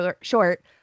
short